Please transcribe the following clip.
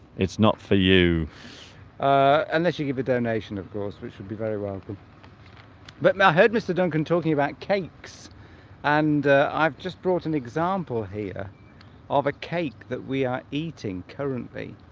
it's not for you unless you give a donation of course which would be very welcome but now heard mr duncan talking about cakes and i've just brought an example here here of a cake that we are eating currently